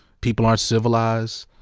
people aren't civilized.